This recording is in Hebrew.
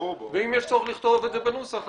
ואם יש צורך לכתוב את זה בנוסח,